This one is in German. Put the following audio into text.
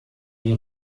die